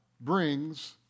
brings